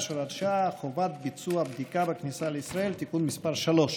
(הוראת שעה) (חובת ביצוע בדיקה בכניסה לישראל) (תיקון מס' 3),